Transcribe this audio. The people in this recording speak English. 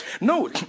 No